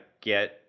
get